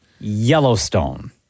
Yellowstone